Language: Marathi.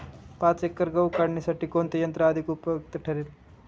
पाच एकर गहू काढणीसाठी कोणते यंत्र अधिक उपयुक्त ठरेल?